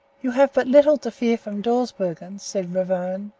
you have but little to fear from dawsbergen, said ravone,